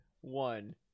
one